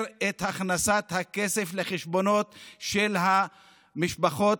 את הכנסת הכסף לחשבונות של המשפחות,